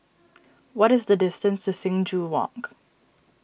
what is the distance to Sing Joo Walk